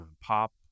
pop